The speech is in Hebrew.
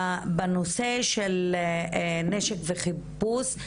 בנושא של נשק וחיפוש.